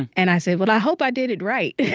and i said, well, i hope i did it right.